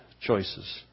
choices